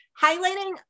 highlighting